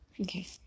Okay